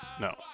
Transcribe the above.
No